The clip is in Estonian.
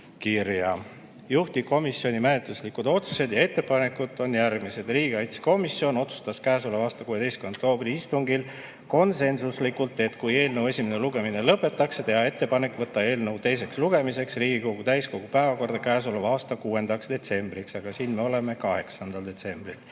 seletuskirja. Juhtivkomisjoni menetluslikud otsused ja ettepanekud on järgmised. Riigikaitsekomisjon otsustas käesoleva aasta 16. oktoobri istungil konsensuslikult, et kui eelnõu esimene lugemine lõpetatakse, siis tehakse ettepanek võtta eelnõu teiseks lugemiseks Riigikogu täiskogu päevakorda käesoleva aasta 6. detsembriks. Aga siin me oleme nüüd, 8. detsembril.